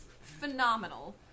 phenomenal